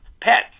pets